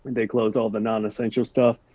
they closed all the non-essential stuff.